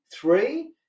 three